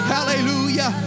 Hallelujah